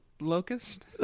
locust